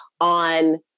on